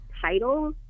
title